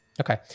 Okay